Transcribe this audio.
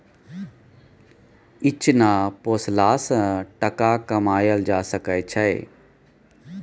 इचना पोसला सँ टका कमाएल जा सकै छै